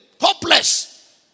Hopeless